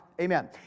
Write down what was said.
Amen